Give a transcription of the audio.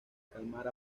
calmar